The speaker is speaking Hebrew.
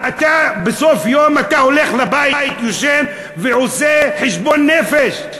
בסוף היום אתה הולך הביתה, ישן, ועושה חשבון נפש.